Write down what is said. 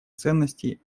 ценностей